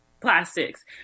plastics